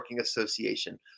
association